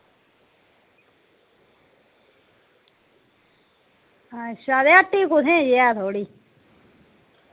अच्छा ते हट्टी कुत्थें नेहें थुआढ़ी